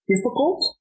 difficult